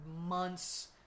months